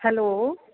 hello